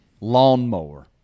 lawnmower